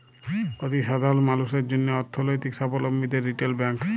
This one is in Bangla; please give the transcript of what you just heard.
অতি সাধারল মালুসের জ্যনহে অথ্থলৈতিক সাবলম্বীদের রিটেল ব্যাংক